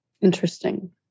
Interesting